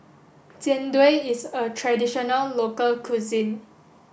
Jian Dui is a traditional local cuisine